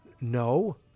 No